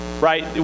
right